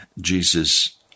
Jesus